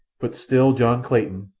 but still john clayton,